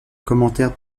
commentaires